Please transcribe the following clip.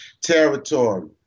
territory